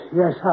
yes